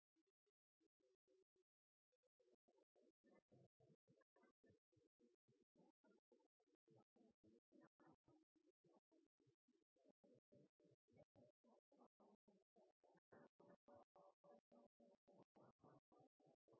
på gang på gang på